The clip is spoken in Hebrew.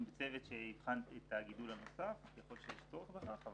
אנחנו בצוות שיבחן את הגידול הנוסף אם יש צורך בכך.